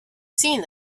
seen